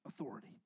authority